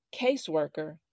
caseworker